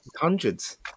hundreds